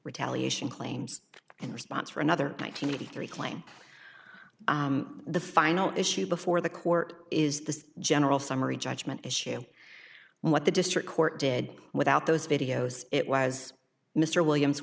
retaliation claims and response for another nine hundred eighty three claim the final issue before the court is the general summary judgment as to what the district court did without those videos it was mr williams